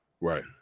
Right